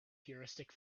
heuristic